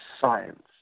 science